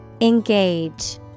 Engage